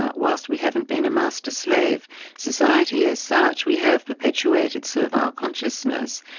ah whilst we haven't been a master slave society as such, we have perpetuated servile consciousness,